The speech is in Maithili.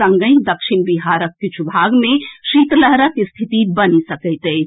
संगहि दक्षिण बिहारक किछु भाग मे शीतलहरक स्थिति बनि सकैत अछि